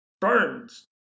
burns